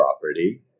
property